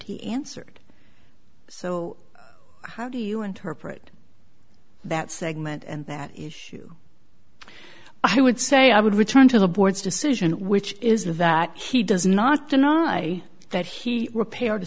he answered so how do you interpret that segment and that issue i would say i would return to the board's decision which is the vacuum does not deny that he repaired to